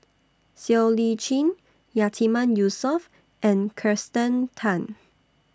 Siow Lee Chin Yatiman Yusof and Kirsten Tan